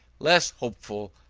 less hopeful,